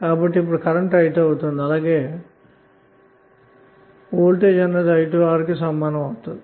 ఆప్పుడు current i2ప్రవహిస్తుంది అలాగే voltage V2 కూడా i2R కి సమానమవుతుంది